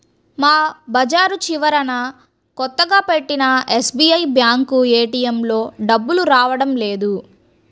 మా బజారు చివరన కొత్తగా పెట్టిన ఎస్బీఐ బ్యేంకు ఏటీఎంలో డబ్బులు రావడం లేదు